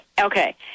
Okay